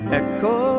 echo